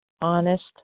honest